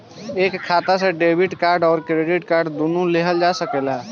एक खाता से डेबिट कार्ड और क्रेडिट कार्ड दुनु लेहल जा सकेला?